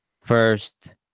first